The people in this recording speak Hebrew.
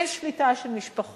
אין שליטה של משפחות,